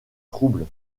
troubles